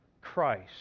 Christ